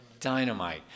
Dynamite